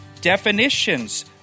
definitions